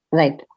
right